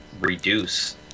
reduce